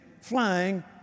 flying